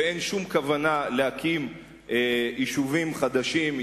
ואין שום כוונה להקים יישובים חדשים,